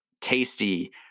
tasty